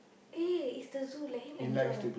eh is the zoo let him enjoy